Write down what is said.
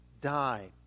die